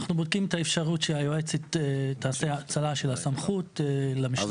אנחנו בודקים את האפשרות שהיועצת תעשה האצלה של הסמכות --- אני